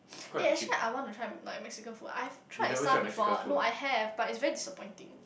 eh actually I want to try my Mexican food I've tried some before no I have but it's very disappointing